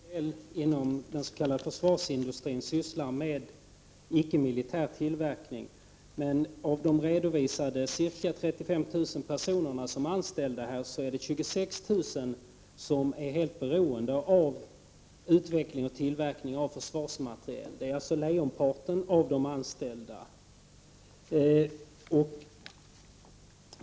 Fru talman! Det är visserligen sant att en del av den s.k. försvarsindustrin sysslar med icke-militär tillverkning, men av redovisade ca 35 000 anställda är 26 000 helt beroende av utveckling och tillverkning av försvarsmateriel, alltså lejonparten av de anställda.